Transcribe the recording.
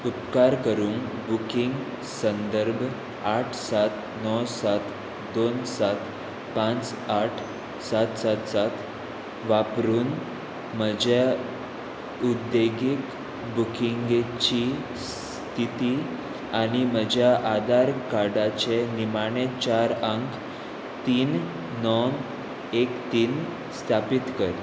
उपकार करून बुकींग संदर्भ आठ सात णव सात दोन सात पांच आठ सात सात सात वापरून म्हज्या उद्देगीक बुकिंगेची स्थिती आनी म्हज्या आदार कार्डाचे निमाणे चार अंक तीन णव एक तीन स्थापित कर